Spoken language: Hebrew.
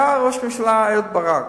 היה ראש ממשלה אהוד ברק,